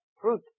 fruit